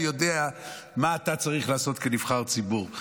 אני יודע מה אתה צריך לעשות כנבחר ציבור.